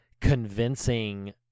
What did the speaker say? convincing